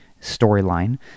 storyline